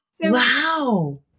Wow